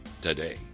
today